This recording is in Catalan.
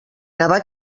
haver